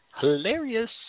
hilarious